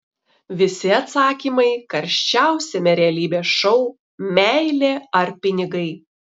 visi atsakymai karščiausiame realybės šou meilė ar pinigai